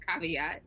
caveat